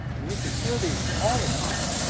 and you can hear these all the time,